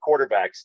quarterbacks